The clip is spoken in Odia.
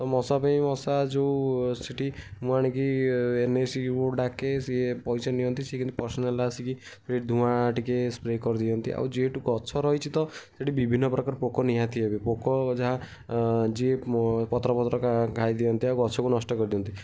ତ ମଶା ପାଇଁ ମଶା ଯେଉଁ ସେଠି ମୁଁ ଆଣିକି ଏନଏସିକୁ ଡାକେ ସିଏ ପଇସା ନିଅନ୍ତି ସିଏ କିନ୍ତୁ ପର୍ସନାଲ୍ ଆସିକି ସେଠି ଧୂଆଁ ଟିକେ ସ୍ପ୍ରେ କରିଦିଅନ୍ତି ଆଉ ଯେହେତୁ ଗଛ ରହିଛି ତ ସେଠି ବିଭିନ୍ନ ପ୍ରକାର ପୋକ ନିହାତି ହେବେ ପୋକ ଯାହା ଯିଏ ପତ୍ର ଫତ୍ର ଖାଇଦିଅନ୍ତି ଆଉ ଗଛକୁ ନଷ୍ଟ କରିଦିଅନ୍ତି